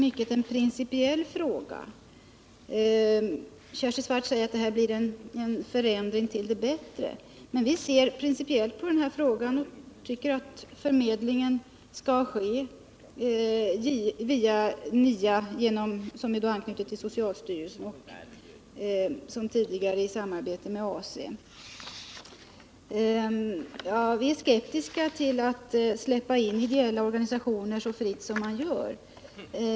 Herr talman! Kersti Swartz säger att det här innebär en förändring till det bättre. Vi ser principiellt på den här frågan och tycker att förmedlingen skall ske via NIA, som är anknutet till socialstyrelsen, och som tidigare i samarbete med AC. Vi är skeptiska till att släppa in ideella organisationer så fritt som man föreslår.